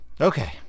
okay